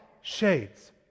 Shades